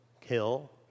kill